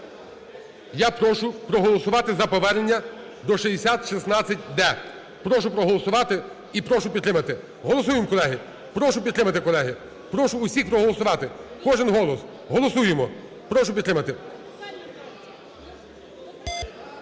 Я прошу проголосувати за повернення до 6016-д. Прошу проголосувати і прошу підтримати. Голосуємо, колеги, прошу підтримати, колеги, прошу всіх проголосувати, кожен голос. Голосуємо, прошу підтримати.